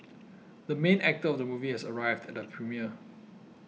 the main actor of the movie has arrived at the premiere